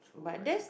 so I